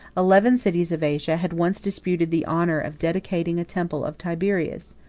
eleven cities of asia had once disputed the honor of dedicating a temple of tiberius,